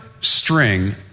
string